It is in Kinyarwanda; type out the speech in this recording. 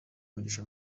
umugisha